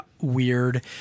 weird